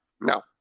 no